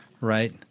right